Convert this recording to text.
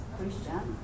Christian